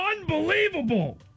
Unbelievable